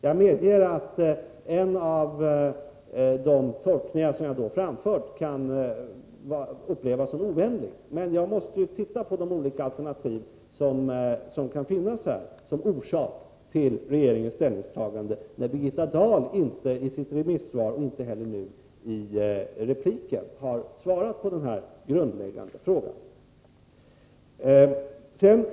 Jag medger att en av de tolkningar jag framfört kan upplevas som ovänlig. Men jag måste ju titta på de olika alternativ som kan vara orsaken till regeringens ställningstagande, när inte Birgitta Dahl i sitt remissvar och inte heller nu i repliken har svarat på denna grundläggande fråga.